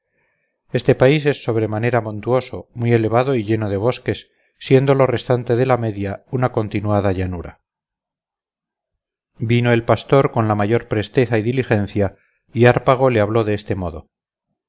este país es sobremanera montuoso muy elevado y lleno de bosques siendo lo restante de la media una continuada llanura vino el pastor con la mayor presteza y diligencia y hárpago le habló de esto modo